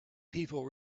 people